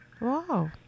Wow